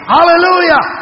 Hallelujah